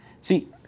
See